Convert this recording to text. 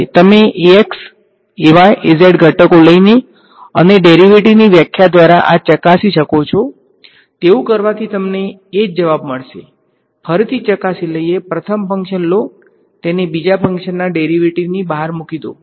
તમે ઘટકો લઈને અને ડેરિવેટિવની વ્યાખ્યા દ્વારા આ ચકાસી શકો છો તેવુ કરવાથી તમને એજ જવાબ મળશે ફરીથી ચકાસી લઈએ પ્રથમ ફંક્શન લો તેને બિજા ફંક્શનના ડેરીવેટીવની બહાર મૂકી દો